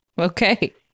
Okay